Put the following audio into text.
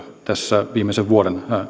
tässä viimeisen vuoden